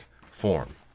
form